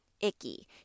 icky